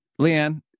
Leanne